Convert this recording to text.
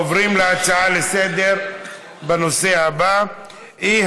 אנחנו עוברים להצעה לנושא הבא בסדר-היום,